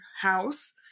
house